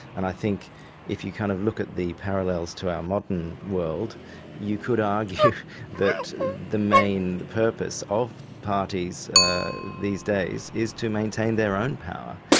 and i think if you kind of look at the parallels to our modern world you could argue that the main purpose of parties these days is to maintain their own power,